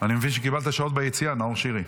אני מבין שקיבלת שעות ביציאה, נאור שירי.